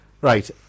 Right